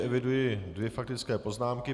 Eviduji dvě faktické poznámky.